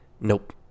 Nope